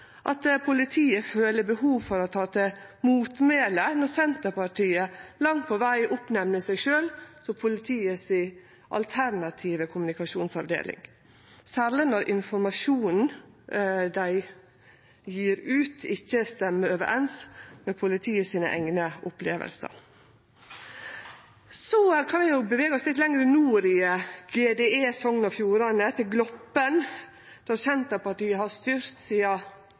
at politiet føler behov for å ta til motmæle når Senterpartiet langt på veg nemner opp seg sjølv til politiets alternative kommunikasjonsavdeling, særleg når informasjonen dei gjev ut, ikkje samsvarer med politiet sine eigne opplevingar. Så kan vi jo bevege oss litt lenger nord i Sogn og Fjordane, til Gloppen, der Senterpartiet har styrt